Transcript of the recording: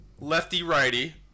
lefty-righty